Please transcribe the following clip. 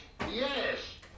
Yes